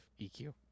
EQ